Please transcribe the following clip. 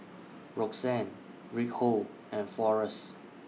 Roxann Reinhold and Forrest